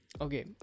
Okay